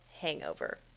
hangover